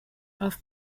auf